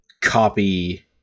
Copy